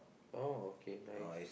orh okay nice